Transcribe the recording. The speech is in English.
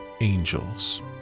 Angels